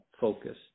focus